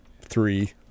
three